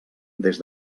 des